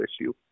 issue